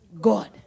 God